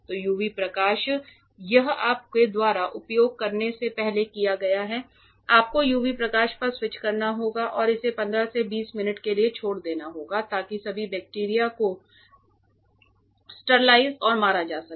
तो यूवी प्रकाश यह आपके द्वारा उपयोग करने से पहले किया गया था आपको यूवी प्रकाश पर स्विच करना होगा और इसे 15 से 20 मिनट के लिए छोड़ देना होगा ताकि सभी बैक्टीरिया को स्टरलाइज़ और मारा जा सके